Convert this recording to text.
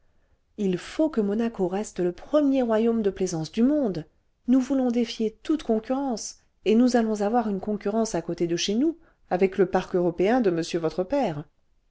il faut que monaco reste le premier royaume de plaisance du monde nous voulons défier toute concurrence et nous allons avoir une concurrence à côté de chez nous avec le parc européen de monsieur votre père